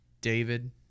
David